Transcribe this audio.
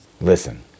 Listen